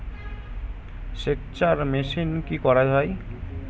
সেকচার মেশিন কি করা হয়?